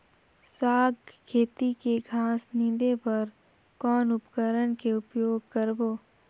साग खेती के घास निंदे बर कौन उपकरण के उपयोग करबो?